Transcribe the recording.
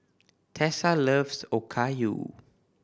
Tessa loves Okayu